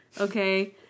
Okay